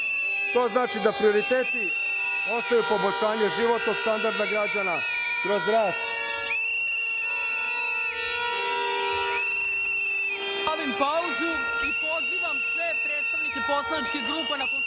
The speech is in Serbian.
To znači da prioriteti ostaju poboljšanje životnog standarda građana kroz rast…